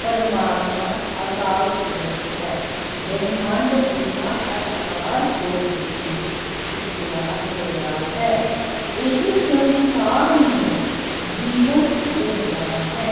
ਪਰਮਾਤਮਾ ਅਕਾਲ ਪੁਰਖ ਹੈ ਬ੍ਰਹਿਮੰਡ ਬਿਨਾ ਆਧਾਰ ਤੋਂ ਹੀ ਟਿਕਿਆ ਹੋਇਆ ਹੈ ਇਹ ਸੰਸਾਰ ਨੂੰ ਜੀਵਨ ਦਿੰਦਾ ਹੈ